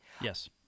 Yes